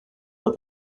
that